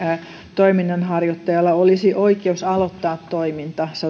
toiminnanharjoittajalla olisi oikeus aloittaa toiminta